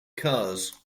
cars